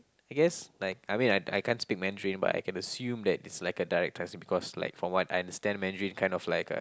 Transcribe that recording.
I guess like I mean I I can't speak Mandarin but I can assume that it's like a direct translate because like from what I understand Mandarin kind of like a